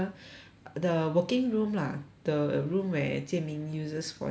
the working room lah the room where jian ming uses for his work